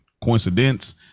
coincidence